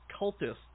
cultists